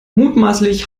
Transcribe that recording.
mutmaßlich